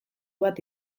bat